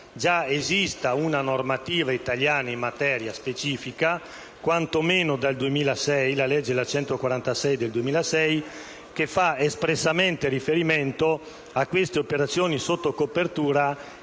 già esiste una normativa italiana specifica in materia, quantomeno dal 2006 (la legge n. 246 del 2006), che fa espressamente riferimento a queste operazioni sotto copertura